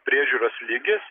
priežiūros lygis